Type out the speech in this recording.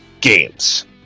games